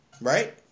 right